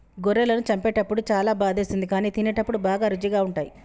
గొర్రెలను చంపేటప్పుడు చాలా బాధేస్తుంది కానీ తినేటప్పుడు బాగా రుచిగా ఉంటాయి